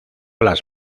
las